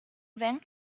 vingt